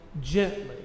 gently